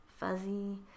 fuzzy